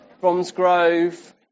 Bromsgrove